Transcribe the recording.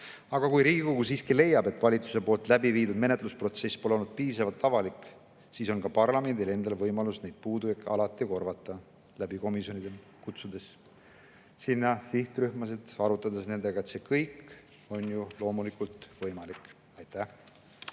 Aga kui Riigikogu siiski leiab, et valitsuse läbiviidud menetlusprotsess pole olnud piisavalt avalik, siis on ka parlamendil endal võimalus neid puudujääke alati korvata komisjonide kaudu, kutsudes sinna sihtrühmasid, arutades nendega. See kõik on ju loomulikult võimalik. Aitäh!